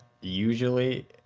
usually